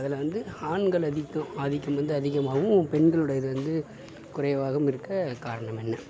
அதில் வந்து ஆண்கள் அதிகம் ஆதிக்கம் வந்து அதிகமாகவும் பெண்களுடையது வந்து குறைவாகவும் இருக்க காரணமென்ன